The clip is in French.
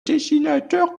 dessinateur